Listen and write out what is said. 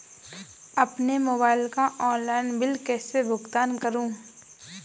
अपने मोबाइल का online bill कैसे भुगतान करूं?